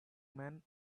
man